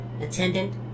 Attendant